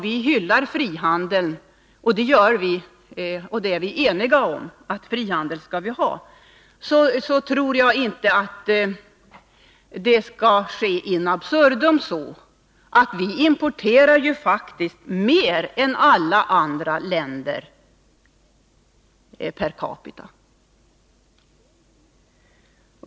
Vi hyllar frihandelns principer — vi är ju eniga om att frihandel skall vi ha — men det får inte ske in absurdum. Vi importerar per capita faktiskt mer än alla andra länder.